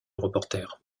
reporter